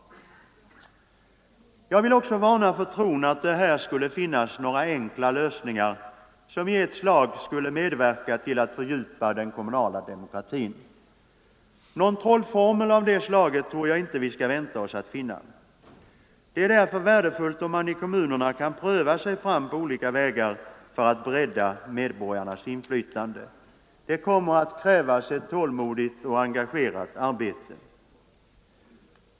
Sedan vill jag också varna för tron att det här skulle finnas några enkla lösningar som i ett slag skulle medverka till att fördjupa den kommunala demokratin. Någon trollformel av det slaget tror jag inte att vi skall vänta oss att finna. Det är därför värdefullt om man i kommunerna kan pröva sig fram på olika vägar för att rädda medborgarnas inflytande. Det kommer att krävas ett tålmodigt och engagerat arbete.